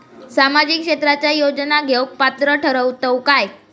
सामाजिक क्षेत्राच्या योजना घेवुक पात्र ठरतव काय?